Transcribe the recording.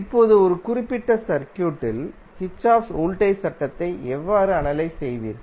இப்போது ஒரு குறிப்பிட்ட சர்க்யூட்டில் கிர்ச்சோஃப் வோல்டேஜ் சட்டத்தை எவ்வாறு அனாலிசிஸ் செய்வீர்கள்